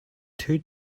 two